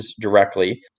directly